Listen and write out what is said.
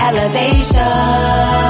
Elevation